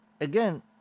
Again